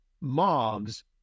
mobs